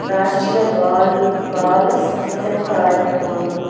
రాష్ట్రీయ బల్ బాల్ స్వాస్థ్య కార్యక్రమాలు